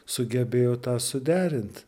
sugebėjo tą suderint